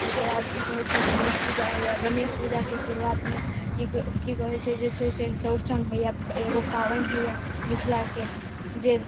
ताहिके बाद की कहय छै गणेश पूजा होइया गणेश पूजाके शुरुआतमे की कहैत छै जे छै से चौरचन होइया एगो पाबनि होइया मिथिलाके जे